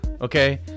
okay